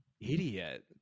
Idiot